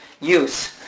use